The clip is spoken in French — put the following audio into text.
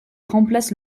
remplace